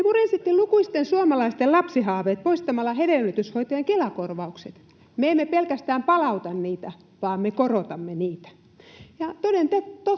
— Te murensitte lukuisten suomalaisten lapsihaaveet poistamalla hedelmöityshoitojen Kela-korvaukset. Me emme pelkästään palauta niitä, vaan me korotamme niitä. Ja toden